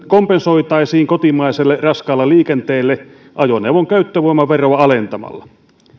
kompensoitaisiin kotimaiselle raskaalle liikenteelle ajoneuvon käyttövoimaveroa alentamalla